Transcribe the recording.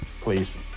please